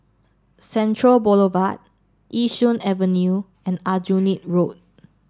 Central Boulevard Yishun Avenue and Aljunied Road